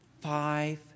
five